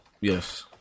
Yes